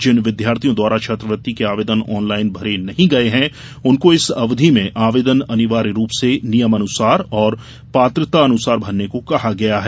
जिन विद्यार्थियों द्वारा छात्रवृत्ति के आर्वेदन ऑनलाइन भरे नहीं गये है उनको इस अवधि में आवेदन अनिवार्य रूप से नियमानुसार एवं पात्रतानुसार भरने को कहा गया है